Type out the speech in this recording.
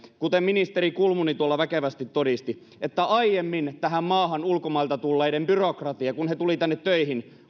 kuten ministeri kulmuni tuolla väkevästi todisti että aiemmin tähän maahan ulkomailta tulleiden byrokratia oli nopeampaa kun he tulivat tänne töihin